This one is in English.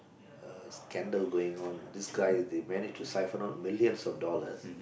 uh scandal going on this guy they manage siphon out millions of dollars